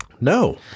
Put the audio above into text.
No